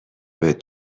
بهت